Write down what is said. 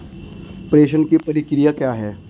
प्रेषण की प्रक्रिया क्या है?